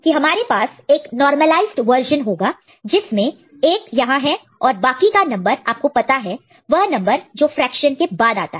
idea यह है कि हमारे पास एक नॉर्मलाईसड वर्शन होगा जिसमें 1 यहां है और बाकी का नंबर आपको पता है वह नंबर जो फ्रेक्शन के बाद आता है